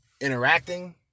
interacting